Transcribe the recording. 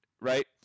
right